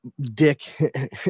Dick